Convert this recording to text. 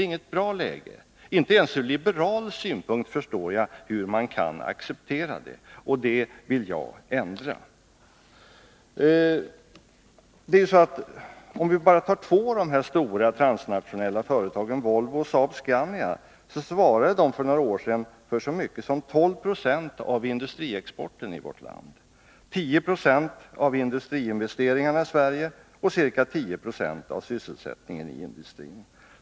Jag kan inte förstå att man ens från liberal synpunkt kan acceptera detta förhållande. Det här vill jag ändra på. Om vi bara tar två av de här stora transnationella företagen, AB Volvo och Saab-Scania AB, ser vi att de för några år sedan svarade för så mycket som 1296 av industriexporten i vårt land, 10 96 av industriinvesteringarna i Sverige och ca 10 96 av sysselsättningen i industrin.